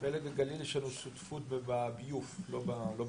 עם פלג הגליל יש לנו שותפות בביוב, לא במים.